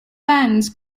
bands